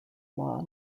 law